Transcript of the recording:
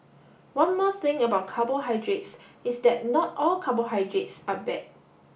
one more thing about carbohydrates is that not all carbohydrates are bad